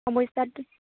সমস্যাটো